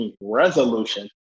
resolution